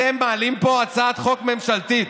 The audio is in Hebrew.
אתם מעלים פה הצעת חוק ממשלתית.